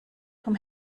vom